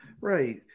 Right